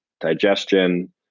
digestion